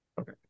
Okay